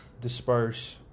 disperse